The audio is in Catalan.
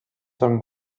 són